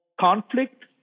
conflict